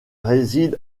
réside